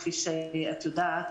כפי שאת יודעת,